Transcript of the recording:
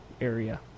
area